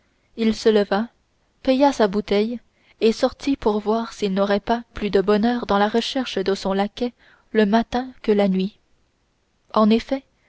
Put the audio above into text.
il se leva paya sa bouteille et sortit pour voir s'il n'aurait pas plus de bonheur dans la recherche de son laquais le matin que la nuit en effet